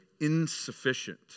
insufficient